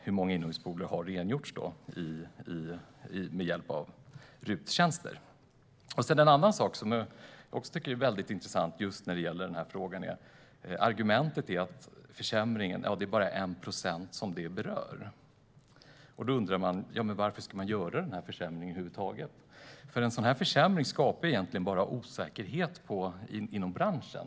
Hur många inomhuspooler har rengjorts med hjälp av RUT-tjänster? En annan sak som är intressant när det gäller denna fråga är att man argumenterar för försämringen genom att säga att det är bara 1 procent som den berör. Då är frågan varför man ska göra försämringen över huvud taget. En sådan här försämring skapar egentligen bara osäkerhet inom branschen.